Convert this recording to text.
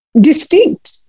distinct